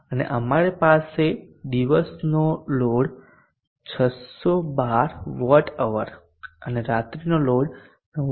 અને અમારી પાસે દિવસનો લોડ 612 Wh અને રાત્રિનો લોડ 914